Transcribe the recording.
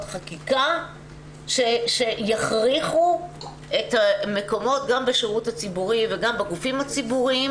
חקיקה שכשיכריחו את המקומות גם בשירות הציבורי וגם בגופים הציבוריים,